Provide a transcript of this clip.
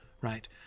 right